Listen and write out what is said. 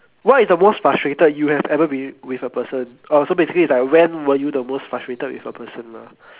what is the most frustrated you have ever been with a person oh so basically it's like when were you the most frustrated with a person lah